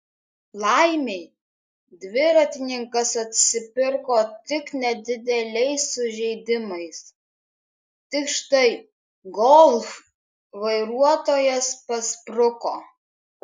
laimei dviratininkas atsipirko tik nedideliais sužeidimais tik štai golf vairuotojas paspruko